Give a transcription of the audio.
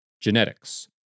Genetics